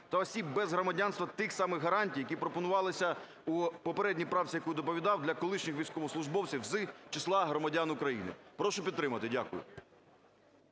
та осіб без громадянства тих самих гарантій, які пропонувалися у попередній правці, яку я доповідав, для колишніх військовослужбовців з числа громадян України. Прошу підтримати. Дякую.